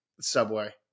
subway